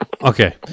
Okay